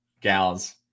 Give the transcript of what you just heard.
gals